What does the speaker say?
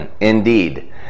Indeed